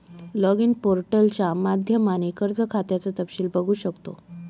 login पोर्टलच्या माध्यमाने कर्ज खात्याचं तपशील बघू शकतो